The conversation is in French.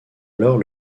alors